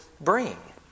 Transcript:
bring